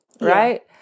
right